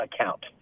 account